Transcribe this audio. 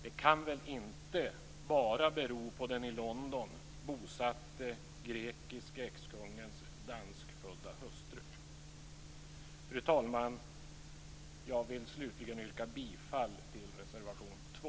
Det kan väl inte bara bero på den i London bosatte grekiske exkungens danskfödda hustru? Fru talman! Jag vill slutligen yrka bifall till reservation 2.